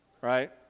right